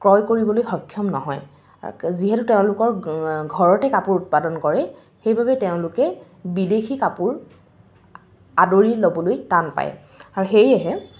ক্ৰয় কৰিবলৈ সক্ষম নহয় যিহেতু তেওঁলোকৰ ঘৰতে কাপোৰ উৎপাদন কৰে সেইবাবে তেওঁলোকে বিদেশী কাপোৰ আদৰি ল'বলৈ টান পায় আৰু সেয়েহে